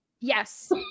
Yes